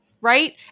Right